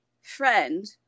friend